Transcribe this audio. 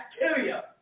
bacteria